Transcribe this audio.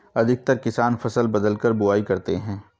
अधिकतर किसान फसल बदलकर बुवाई करते है